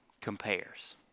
compares